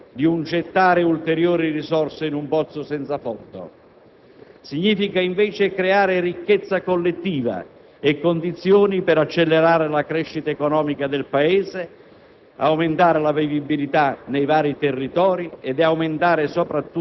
di rigassificazione possa assumere il significato di uno spreco, di un gettare ulteriori risorse in un pozzo senza fondo. Significa, invece, creare ricchezza collettiva e condizioni per accelerare la crescita economica del Paese,